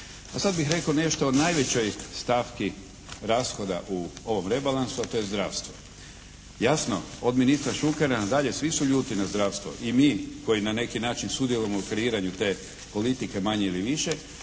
A sad bih rekao nešto o najvećoj stavci rashoda u ovom rebalansu a to je zdravstvo. Jasno, od ministra Šukera nadalje svi su ljuti na zdravstvo. I mi koji na neki način sudjelujemo u kreiranju te politike manje ili više